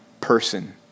person